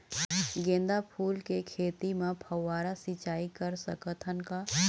गेंदा फूल के खेती म फव्वारा सिचाई कर सकत हन का?